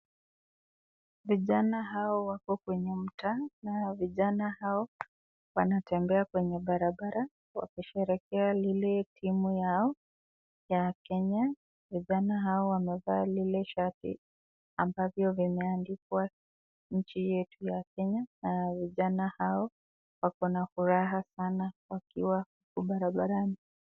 Vijana hawa wako kwenye mtaa na vijana hao wanatembea kwenye barabara wakisherehekea lile timu yao ya Kenya vijana hawa wamevaa lile shati ambavyo vimeandikwa nchi yetu ya Kenya na vijana hao wako na furaha sana wakiwa kwa barabarani.